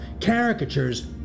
Caricatures